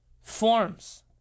forms